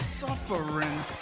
suffering